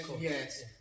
Yes